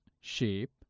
shape